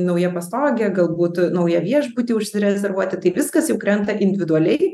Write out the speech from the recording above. nauja pastoge galbūt naują viešbutį užsirezervuoti tai viskas jau krenta individualiai